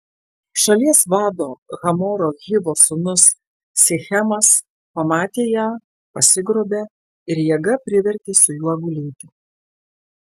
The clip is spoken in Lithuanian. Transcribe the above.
šalies vado hamoro hivo sūnus sichemas pamatė ją pasigrobė ir jėga privertė su juo gulėti